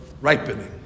ripening